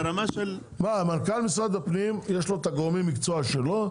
מה מנכ"ל משרד הפנים יש לו את הגורמי מקצוע שלו,